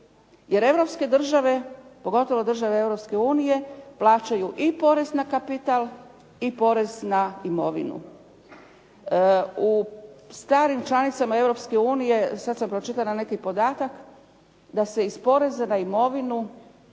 jer Europske države, pogotovo države Europske unije plaćaju i porez na kapital i porez na imovinu. U starim članicama Europske unije, sad sam pročitala neki podatak da se iz poreza na imovinu